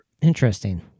Interesting